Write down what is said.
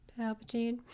Palpatine